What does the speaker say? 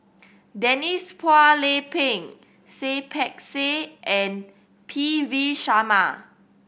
Denise Phua Lay Peng Seah Peck Seah and P V Sharma